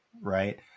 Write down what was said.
right